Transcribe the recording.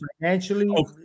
financially